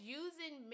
using